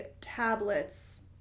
tablets